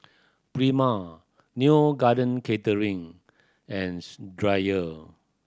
Prima Neo Garden Catering and Dreyer